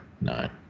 nine